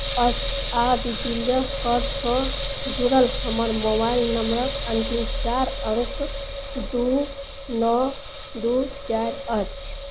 अछि आओर DigiLocker सँ जुड़ल हमर मोबाइल नंबरक अन्तिम चारि अङ्क दू नओ दू चारि अछि